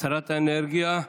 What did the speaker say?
שרת האנרגיה.